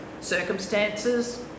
Circumstances